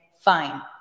fine